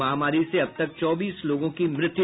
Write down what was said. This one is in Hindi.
महामारी से अब तक चौबीस लोगों की मृत्यु